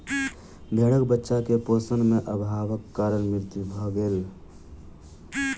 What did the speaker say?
भेड़क बच्चा के पोषण में अभावक कारण मृत्यु भ गेल